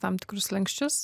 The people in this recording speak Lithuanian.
tam tikrus slenksčius